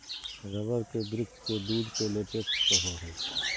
rubber के वृक्ष के दूध के लेटेक्स कहो हइ